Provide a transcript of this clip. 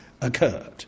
occurred